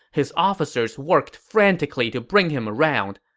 his officers worked frantically to bring him around.